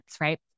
Right